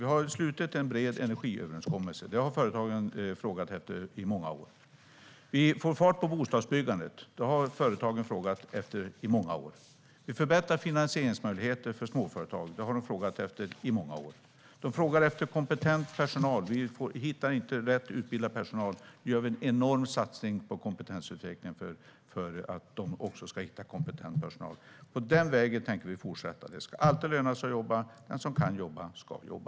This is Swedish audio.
Vi har slutit en bred energiöverenskommelse. Det har företagen frågat efter i många år. Vi får fart på bostadsbyggandet. Det har företagen frågat efter i många år. Vi förbättrar finansieringsmöjligheterna för småföretag. Det har de frågat efter i många år. De frågar efter kompetent personal och hittar inte personal med rätt utbildning. Nu gör vi en enorm satsning på kompetensutveckling för att de också ska hitta kompetent personal. På den vägen tänker vi fortsätta. Det ska alltid löna sig att jobba. Den som kan jobba ska jobba.